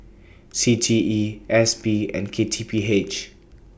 C T E S P and K T P H